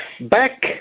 back